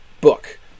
book